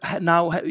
now